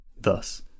Thus